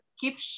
Keep